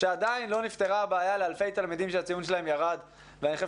שעדיין לא נפתרה הבעיה לאלפי תלמידים שהציון שלהם ירד ואני חושב